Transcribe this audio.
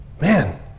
Man